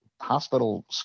hospital